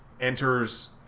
enters